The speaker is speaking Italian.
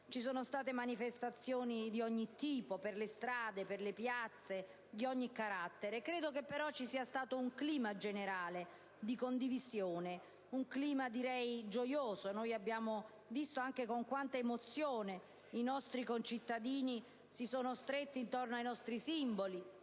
Ci sono state manifestazioni di ogni tipo, di ogni carattere, per le strade, per le piazze. Credo però ci sia stato un clima generale di condivisione, un clima gioioso. Abbiamo visto anche con quanta emozione i nostri concittadini si sono stretti intorno ai nostri simboli,